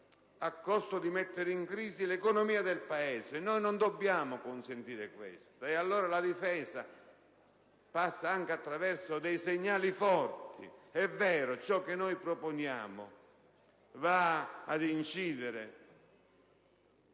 al costo di mettere in crisi quella del Paese. Non dobbiamo consentire questo. La difesa passa anche attraverso dei segnali forti. È vero che ciò che noi proponiamo va ad incidere